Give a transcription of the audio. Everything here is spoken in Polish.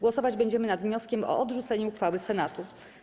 Głosować będziemy nad wnioskiem o odrzucenie uchwały Senatu.